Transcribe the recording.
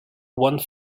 one